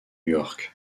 york